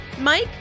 Mike